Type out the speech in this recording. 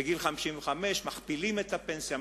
בגיל 55 מכפילים את הפנסיה,